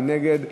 מי נגד?